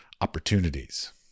opportunities